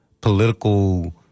political